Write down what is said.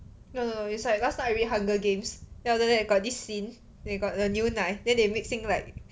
no no it's like last time I read hunger games then after that got this scene they got the 牛奶 then they mixing like